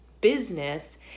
Business